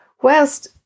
whilst